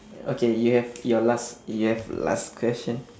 okay you have your last you have last question